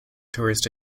tourist